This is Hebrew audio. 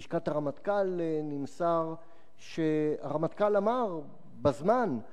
מלשכת הרמטכ"ל נמסר, שהרמטכ"ל אמר, בזמן,